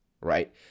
right